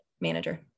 manager